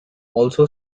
also